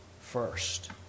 first